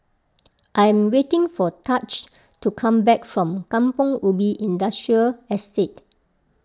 I am waiting for Tahj to come back from Kampong Ubi Industrial Estate